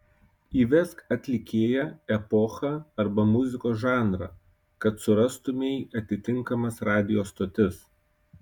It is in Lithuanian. įvesk atlikėją epochą arba muzikos žanrą kad surastumei atitinkamas radijo stotis